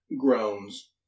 groans